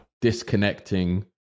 disconnecting